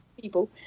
people